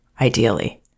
ideally